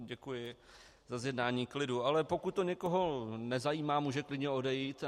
Děkuji za zjednání klidu, ale pokud to někoho nezajímá, může klidně odejít.